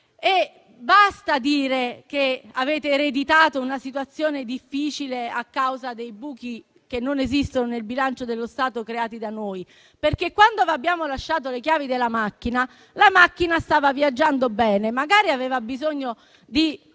di dire che avete ereditato una situazione difficile a causa dei buchi - non esistono - nel bilancio dello Stato creati da noi. Quando vi abbiamo lasciato le chiavi della macchina, la macchina stava viaggiando bene. Magari aveva bisogno di